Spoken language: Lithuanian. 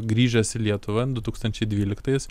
grįžęs į lietuvą du tūkstančiai dvyliktais